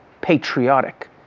patriotic